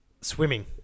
Swimming